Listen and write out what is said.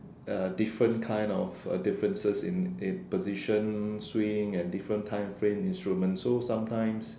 uh different kind of uh differences in a position swing and different time frame instrument so sometimes